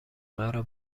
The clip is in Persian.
مرا